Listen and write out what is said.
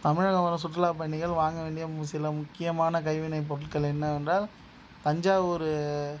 தமிழகம் வரும் சுற்றுலாப் பயணிகள் வாங்க வேண்டிய மு சில முக்கியமான கைவினைப் பொருட்கள் என்னவென்றால் தஞ்சாவூர்